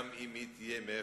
גם אם היא תהיה מפורזת.